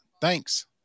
Thanks